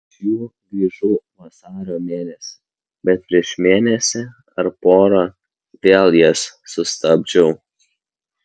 iš jų grįžau vasario mėnesį bet prieš mėnesį ar porą vėl jas sustabdžiau